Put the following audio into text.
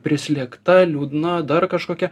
prislėgta liūdna dar kažkokia